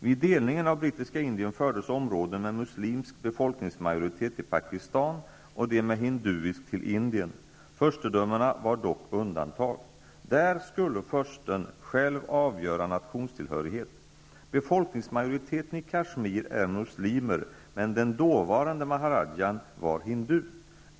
Vid delningen av brittiska Indien fördes områden med muslimsk befolkningsmajoritet till Furstedömena var dock undantag. Där skulle fursten själv avgöra nationstillhörighet. Befolkningsmajoriteten i Kashmir är muslimer, men den dåvarande maharadjan var hindu.